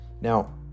Now